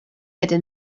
gyda